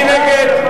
מי נגד?